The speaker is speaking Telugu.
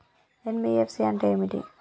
ఎన్.బి.ఎఫ్.సి అంటే ఏమిటి?